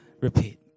Repeat